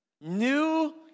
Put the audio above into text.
new